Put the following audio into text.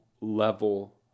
level